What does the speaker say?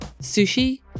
Sushi